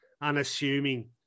unassuming